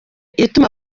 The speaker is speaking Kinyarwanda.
ituma